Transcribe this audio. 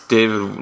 David